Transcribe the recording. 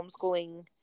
homeschooling